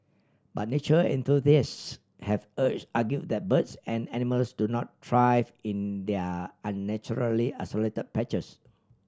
but nature enthusiasts have argued that birds and animals do not thrive in their unnaturally isolated patches